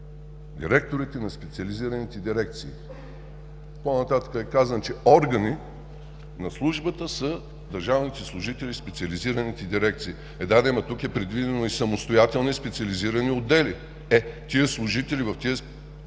директорите на специализираните дирекции. По-нататък е казано, че органи на службата са държавните служители в специализираните дирекции. Да де, но тук е предвидено и самостоятелни специализирани отдели. Е, тези служители в тези